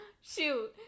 shoot